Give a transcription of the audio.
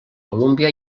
colúmbia